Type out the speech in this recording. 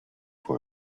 for